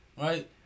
Right